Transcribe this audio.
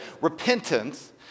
repentance